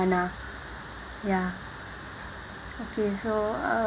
ya okay so um